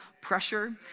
pressure